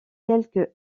quelques